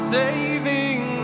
saving